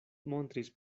montris